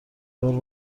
دار